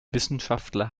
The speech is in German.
wissenschaftler